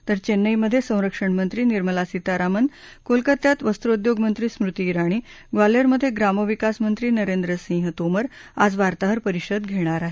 तर चेन्नईमध्ये संरक्षण मंत्री निर्मला सीतारामन कोलकात्यात वस्त्रोद्योग मंत्री स्मृती इराणी गवाल्हेरमध्ये ग्रामविकास मंत्री नरेंद्र सिंह तोमर आज वार्ताहर परिषद घेणार आहेत